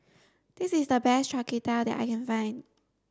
this is the best Char Kway Teow that I can find